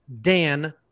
Dan